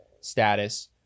status